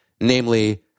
namely